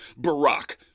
Barack